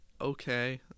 okay